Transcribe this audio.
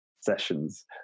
sessions